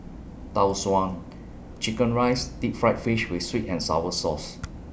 Tau Suan Chicken Rice Deep Fried Fish with Sweet and Sour Sauce